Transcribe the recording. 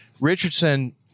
Richardson